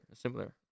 Similar